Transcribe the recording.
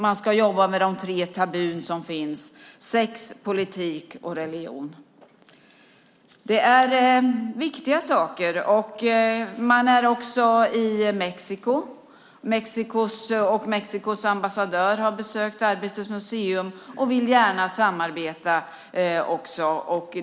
Man ska jobba med de tre tabun som finns, sex, politik och religion. Det är viktiga saker. Man är också i Mexiko. Mexikos ambassadör har besökt Arbetets museum och vill också gärna samarbeta.